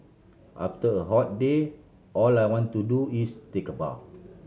after a hot day all I want to do is take a bath